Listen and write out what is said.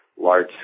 large